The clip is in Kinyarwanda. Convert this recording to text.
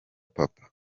papa